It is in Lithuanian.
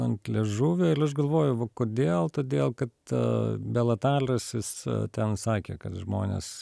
ant liežuvio il aš galvoju va kodėl todėl kad bela talis jis ten sakė kad žmonės